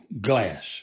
glass